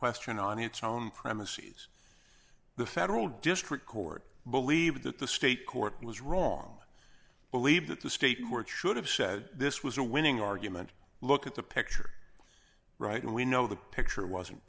question on its own premises the federal district court believed that the state court was wrong believe that the state court should have said this was a winning argument look at the picture right and we know the picture wasn't